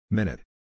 Minute